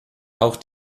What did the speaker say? auch